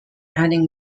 adding